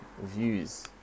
views